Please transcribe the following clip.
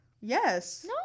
Yes